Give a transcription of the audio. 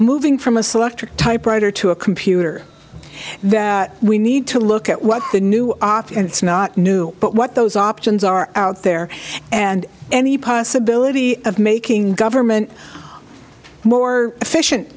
moving from a selectric typewriter to a computer that we need to look at what the new art and it's not new but what those options are out there and any possibility of making government more efficient